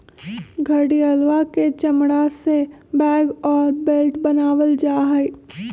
घड़ियलवा के चमड़ा से बैग और बेल्ट बनावल जाहई